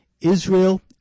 Israel